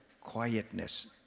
quietness